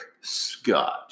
Scott